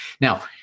Now